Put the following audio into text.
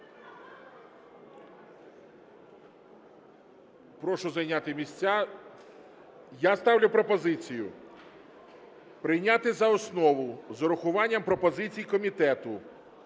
прошу зайняти місця. Я ставлю пропозицію прийняти за основу з урахуванням пропозицій комітету